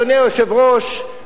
אדוני היושב-ראש,